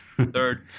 third